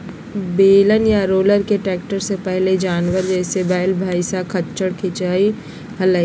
बेलन या रोलर के ट्रैक्टर से पहले जानवर, जैसे वैल, भैंसा, खच्चर खीचई हलई